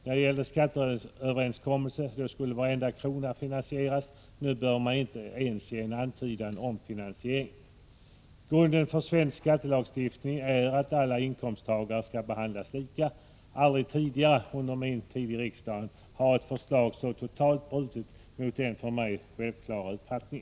När det gällde skatteöverenskommelsen skulle varenda krona finansieras — nu behöver man inte ens ge en antydan om finansieringen. Grunden för svensk skattelagstiftning är att alla inkomsttagare skall behandlas lika. Aldrig tidigare under mina år i riksdagen har ett förslag så totalt brutit mot denna för mig självklara uppfattning.